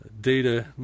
data